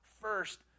first